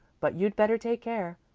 but you'd better take care.